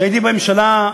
כשהייתי בממשלה,